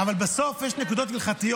כן, אבל בסוף, אבל בסוף יש נקודות הלכתיות.